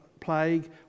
plague